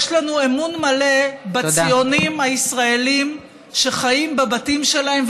יש לנו אמון מלא בציונים הישראלים שחיים בבתים שלהם,